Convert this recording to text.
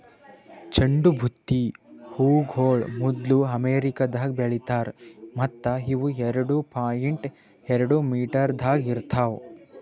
ಚಂಡು ಬುತ್ತಿ ಹೂಗೊಳ್ ಮೊದ್ಲು ಅಮೆರಿಕದಾಗ್ ಬೆಳಿತಾರ್ ಮತ್ತ ಇವು ಎರಡು ಪಾಯಿಂಟ್ ಎರಡು ಮೀಟರದಾಗ್ ಇರ್ತಾವ್